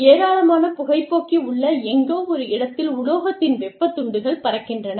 ஏராளமான புகைபோக்கி உள்ள எங்கோ ஒரு இடத்தில் உலோகத்தின் வெப்பத் துண்டுகள் பறக்கின்றன